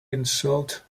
insult